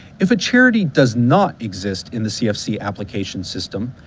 if a charity does not exist in the cfc application system,